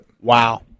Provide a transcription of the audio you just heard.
Wow